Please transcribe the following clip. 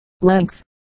length